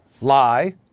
lie